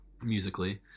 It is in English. musically